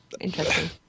interesting